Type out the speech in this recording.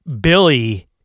Billy